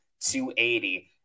280